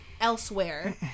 Elsewhere